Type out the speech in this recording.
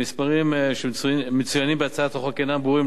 המספרים שמצוינים בהצעת החוק אינם ברורים